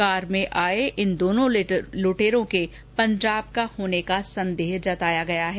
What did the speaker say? car में आए इन दोनों लुटेरों के पंजाब का होने का संदेह जताया गया है